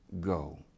go